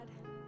God